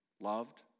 loved